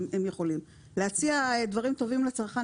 להציע דברים טובים לצרכן,